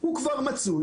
הוא כבר מצוי,